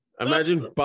Imagine